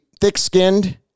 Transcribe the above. thick-skinned